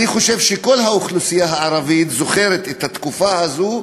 אני חושב שכל האוכלוסייה הערבית זוכרת את התקופה הזאת,